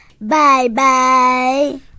Bye-bye